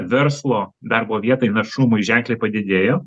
verslo darbo vietai našumui ženkliai padidėjo